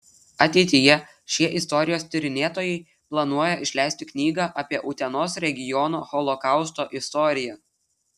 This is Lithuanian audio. ateityje šie istorijos tyrinėtojai planuoja išleisti knygą apie utenos regiono holokausto istoriją